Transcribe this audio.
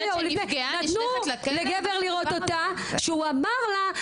נתנו לגבר לראות אותה שהוא אמר לה,